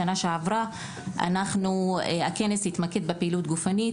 בשנה שעברה הכנס התמקד בפעילות גופנית,